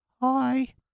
hi